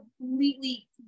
completely